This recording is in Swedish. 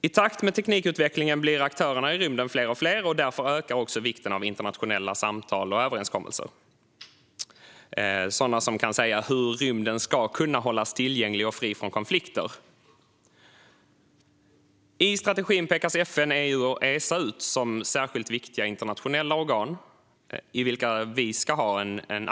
I takt med teknikutvecklingen blir aktörerna i rymden fler och fler, och därför ökar också vikten av internationella samtal och överenskommelser om hur rymden ska kunna hållas tillgänglig och fri från konflikter. I strategin pekas FN, EU och Esa ut som särskilt viktiga internationella organ där vi i Sverige ska ha en